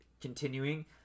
continuing